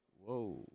Whoa